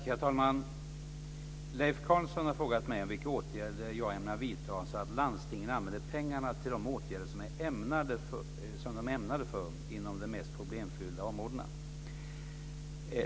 Herr talman! Leif Carlson har frågat mig vilka åtgärder jag ämnar vidta så att landstingen använder pengarna till de åtgärder de är ämnade för inom de mest problemfyllda områdena.